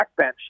backbench